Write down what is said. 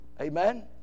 Amen